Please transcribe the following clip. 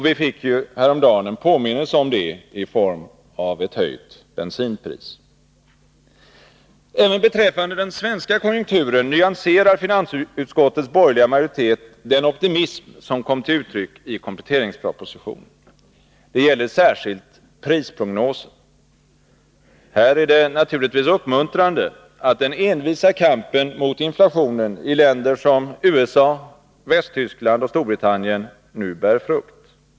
Vi fick häromdagen en påminnelse om detta i form av en höjning av bensinpriset. Även beträffande den svenska konjunkturen nyanserar finansutskottets borgerliga majoritet den optimism som kom till uttryck i kompletteringspropositionen. Det gäller särskilt prisprognosen. Här är det naturligtvis uppmuntrande att den envisa kampen mot inflationen i länder som USA, Västtyskland och Storbritannien nu bär frukt.